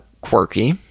quirky